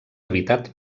habitat